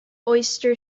oyster